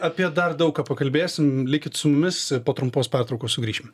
apie dar daug ką pakalbėsim likit su mumis po trumpos pertraukos sugrįšim